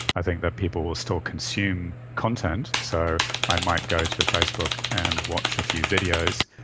i think that people will still consume content, so i might go to facebook and watch a few videos,